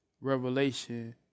revelation